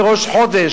בראש חודש,